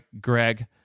Greg